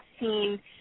seen